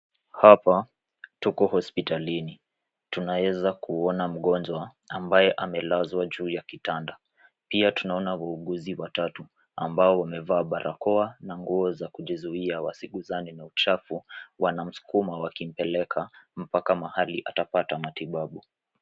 Hapa tuko hospitalini. Tunaweza kuona mgonjwa ambaye amelazwa juu ya kitanda. Pia tunaona wauguzi watatu ambao wamevaa barakoa na nguo za kujizuia wasiguzane na uchafu. Wanamskuma wakimpeleka mpaka mahali atapata matibabu.